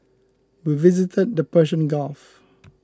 we visited the Persian Gulf